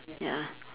ya